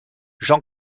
jean